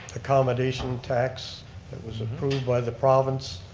accommodation tax that was approved by the province.